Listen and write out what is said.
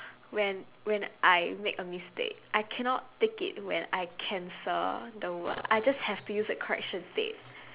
when when I make a mistake I cannot take it when I cancel the word I just have to use a correction tape